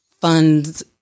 funds